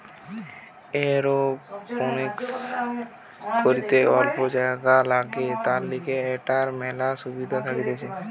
aeroponics করিতে অল্প জাগা লাগে, তার লিগে এটার মেলা সুবিধা থাকতিছে